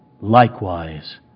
likewise